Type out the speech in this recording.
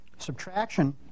subtraction